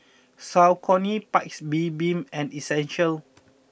Saucony Paik's Bibim and Essential